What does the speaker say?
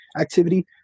activity